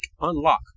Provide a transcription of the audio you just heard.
unlock